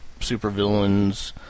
supervillains